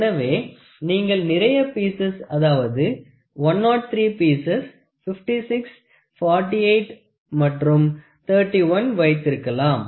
எனவே நீங்கள் நிறைய பீஸஸ் அதாவது 103 பீஸஸ் 56 48 மற்றும் 31 வைத்திருக்கலாம்